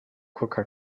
coca